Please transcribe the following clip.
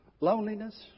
loneliness